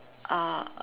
uh